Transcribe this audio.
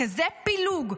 כזה פילוג,